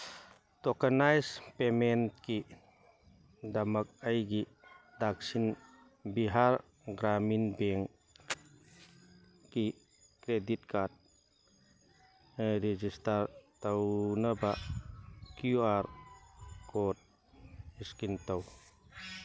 tokenize ꯄꯦꯃꯦꯟꯀꯤꯗꯃꯛ ꯑꯩꯒꯤ ꯗꯥꯛꯁꯤꯟ ꯕꯤꯍꯥꯔ ꯒ꯭ꯔꯥꯃꯤꯟ ꯕꯦꯡꯀꯤ ꯀ꯭ꯔꯦꯗꯤꯠ ꯀꯥꯔꯗ ꯔꯦꯖꯤꯁꯇꯥꯔ ꯇꯧꯅꯕ ꯀ꯭ꯌꯨ ꯑꯥꯔ ꯏꯁꯀꯦꯟ ꯇꯧ